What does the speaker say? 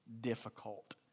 difficult